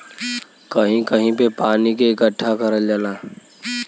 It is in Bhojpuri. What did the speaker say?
कहीं कहीं पे पानी के इकट्ठा करल जाला